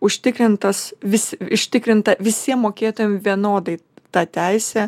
užtikrintas vis užtikrinta visiem mokėtojam vienodai ta teisė